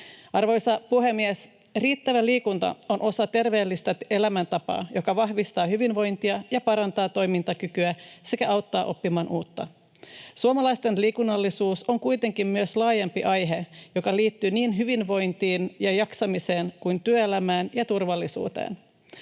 Arvoisa puhemies! Riittävä liikunta on osa terveellistä elämäntapaa, joka vahvistaa hyvinvointia ja parantaa toimintakykyä sekä auttaa oppimaan uutta. Suomalaisten liikunnallisuus on kuitenkin myös laajempi aihe, joka liittyy niin hyvinvointiin ja jaksamiseen kuin työelämään ja turvallisuuteen.